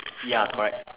ya correct